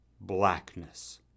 blackness